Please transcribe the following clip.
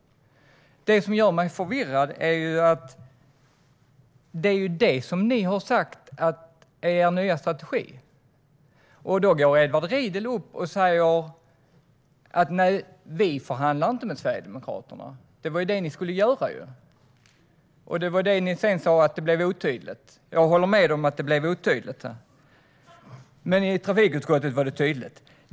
Det som gör mig förvirrad är att ni har sagt att detta är er nya strategi. Edward Riedl säger att Moderaterna inte förhandlar med Sverigedemokraterna. Men det var det ni skulle göra, och sedan sa ni att det blev otydligt. Jag håller med om att det blev otydligt. Men i trafikutskottet var det tydligt.